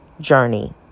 journey